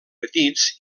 petits